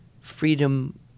freedom